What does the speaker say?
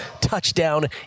touchdown